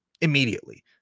immediately